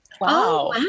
Wow